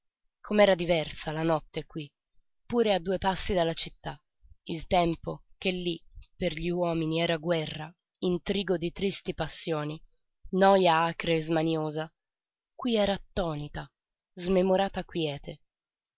com'era diversa la notte qui pure a due passi dalla città il tempo che lí per gli uomini era guerra intrigo di tristi passioni noja acre e smaniosa qui era attonita smemorata quiete